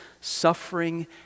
suffering